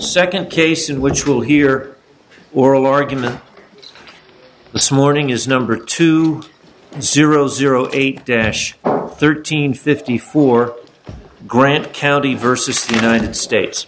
second case in which we'll hear oral argument this morning is number two zero zero eight dash thirteen fifty four grant county versus the united states